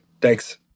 Thanks